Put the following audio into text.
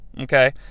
okay